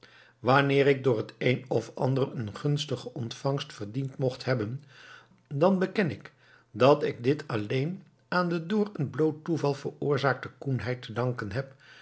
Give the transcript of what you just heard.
wanneer ik door t een of ander een gunstige ontvangst verdiend mocht hebben dan beken ik dat ik dit alleen aan de door een bloot toeval veroorzaakte koenheid te danken heb